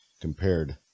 compared